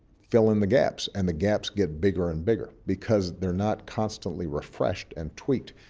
fill in the gaps, and the gaps get bigger and bigger because they're not constantly refreshed and tweaked.